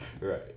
right